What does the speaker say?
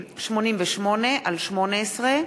יעקב כץ ודוד רותם,